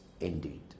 indeed